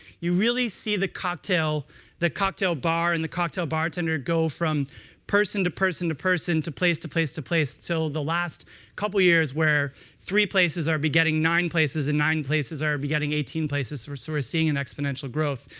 you really see the cocktail the cocktail bar and the cocktail bartender go from person to person to person, to place to place to place, till the last couple years, where three places are begetting nine places, and nine places are begetting eighteen places. so we're seeing an exponential growth.